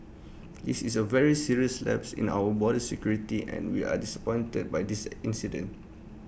this is A very serious lapse in our border security and we are disappointed by this incident